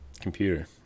computer